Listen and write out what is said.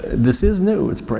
this is new. its brand,